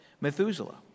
Methuselah